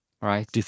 Right